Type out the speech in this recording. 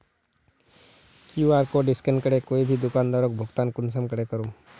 QR code scan करे कोई भी दुकानदारोक भुगतान कुंसम करे करूम?